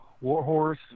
Warhorse